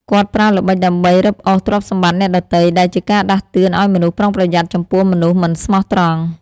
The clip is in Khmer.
គាត់ប្រើល្បិចដើម្បីរឹបអូសទ្រព្យសម្បត្តិអ្នកដទៃ ដែលជាការដាស់តឿនឱ្យមនុស្សប្រុងប្រយ័ត្នចំពោះមនុស្សមិនស្មោះត្រង់។